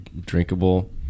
drinkable